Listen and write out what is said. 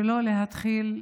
ולא להתחיל להגיד: